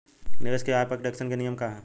निवेश के आय पर टेक्सेशन के नियम का ह?